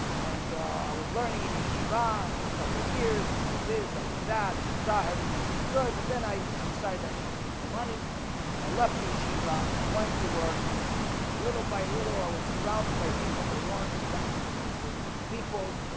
and i was learning in yeshiva for a couple of years i did this i did that that the fatah everything was good, but then i decided i need to make some money i left the shiva. i went to work little by little i was surrounded by people that weren't exactly the most religious people